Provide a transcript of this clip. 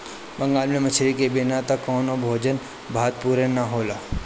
बंगाल में मछरी के बिना त कवनो भोज भात पुरे ना होला